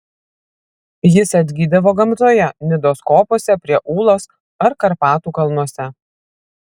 jis atgydavo gamtoje nidos kopose prie ūlos ar karpatų kalnuose